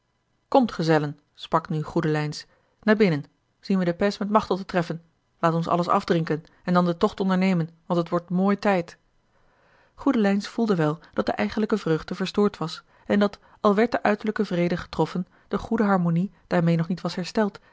komt gezellen sprak nu goedelijns naar binnen zien we den pays met machteld te treffen laat ons alles afdrinken en dan den tocht ondernemen want het wordt mooi tijd goedelijns voelde wel dat de eigenlijke vreugde verstoord was en dat al werd de uiterlijke vrede getroffen de goede harmonie daarmeê nog niet was hersteld